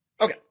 Okay